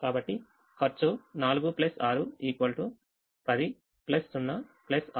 కాబట్టి ఖర్చు 4 6 10 0 6 16